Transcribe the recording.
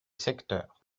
secteurs